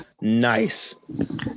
nice